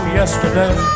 yesterday